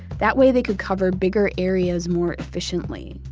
that way they could cover bigger areas more efficiently.